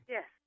Yes